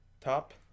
Top